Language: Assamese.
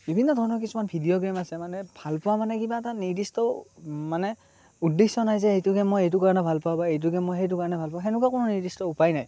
বিভিন্ন ধৰণৰ কিছুমান ভিডিঅ' গেম আছে মানে ভালপোৱা মানে কিবা এটা নিৰ্দিষ্ট মানে উদ্দেশ্য নাই যে মই এইটো গেম এইটো কাৰণে ভাল পাওঁ বা মই এইটো গেম সেইটোৰ কাৰণে ভাল পাওঁ সেনেকুৱা কোনো নিৰ্দিষ্ট উপায় নাই